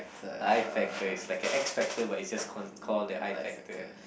I Factor it's like a X Factor but it's just call call the I Factor